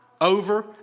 over